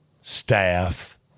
staff